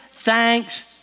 thanks